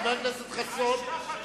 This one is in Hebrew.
חבר הכנסת חסון,